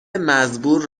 مزبور